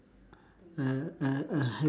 a a a hap~